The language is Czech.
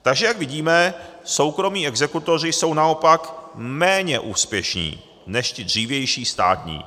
Takže jak vidíme, soukromí exekutoři jsou naopak méně úspěšní než ti dřívější státní.